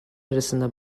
arasında